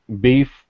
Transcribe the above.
Beef